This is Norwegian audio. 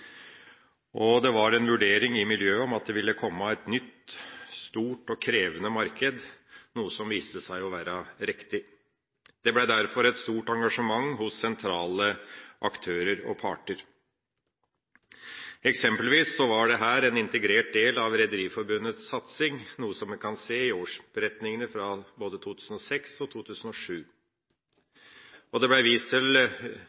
og det var en vurdering i miljøet at det ville komme et nytt, stort og krevende marked, noe som viste seg å være riktig. Det ble derfor et stort engasjement hos sentrale aktører og parter. Eksempelvis var dette en integrert del av Rederiforbundets satsing, noe en kan se i årsberetningene fra både 2006 og 2007. Det ble også vist til